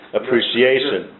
appreciation